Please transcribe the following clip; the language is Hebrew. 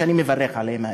שאני מברך עליהם,